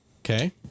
Okay